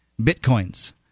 Bitcoins